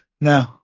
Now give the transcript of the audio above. no